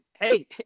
Hey